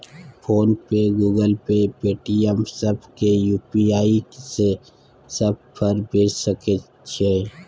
Phone पे, Google Pay, Paytm, सब के UPI से सब पर भेज सके छीयै?